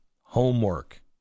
homework